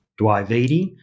Dwivedi